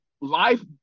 life